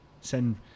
Send